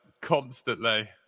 constantly